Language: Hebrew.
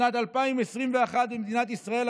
בשנת 2021 במדינת ישראל,